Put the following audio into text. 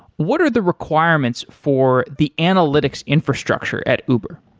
what are the requirements for the analytics infrastructure at uber?